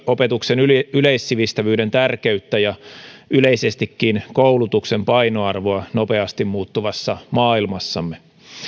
opetuksen yleissivistävyyden tärkeyttä ja yleisestikin koulutuksen painoarvoa nopeasti muuttuvassa maailmassamme